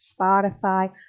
Spotify